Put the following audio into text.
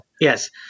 Yes